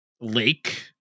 lake